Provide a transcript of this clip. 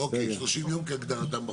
אוקיי 30 ימים כהגדרתם בחוק.